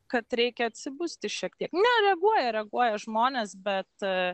kad reikia atsibusti šiek tiek ne reaguoja reaguoja žmonės bet